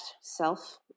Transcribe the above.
self